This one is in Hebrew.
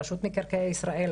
רשות מקרקעי ישראל,